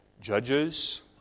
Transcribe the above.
judges